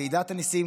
ועידת הנשיאים,